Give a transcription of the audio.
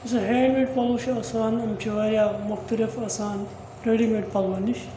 یِم زَن hand made پَلو چھِ آسان یِم چھِ واریاہ مُختَلف آسان رٔڈی میڈ پَلوَن نِش